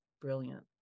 brilliant